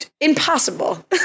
impossible